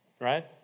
Right